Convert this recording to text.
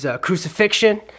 crucifixion